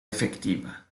efectiva